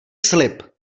slib